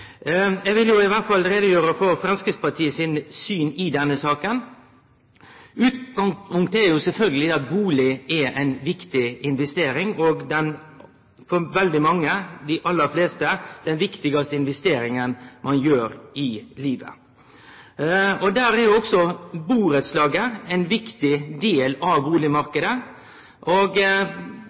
Eg vil i alle fall gjere greie for Framstegspartiet sitt syn i denne saka. Utgangspunktet er sjølvsagt at ein bustad er ei viktig investering, og for dei aller fleste er det den viktigaste investeringa dei gjer i livet. Burettslaget er ein viktig del av bustadmarknaden, og